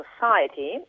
society